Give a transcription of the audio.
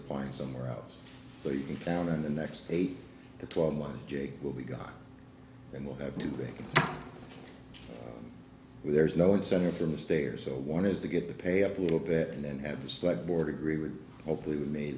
applying somewhere else so you can count on the next eight to twelve months will be gone and we'll have to live with there's no incentive for them to stay or so one has to get the pay up a little bit and then at the slight board agree with hopefully with me